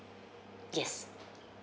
yes